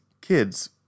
kids